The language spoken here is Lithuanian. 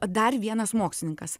dar vienas mokslininkas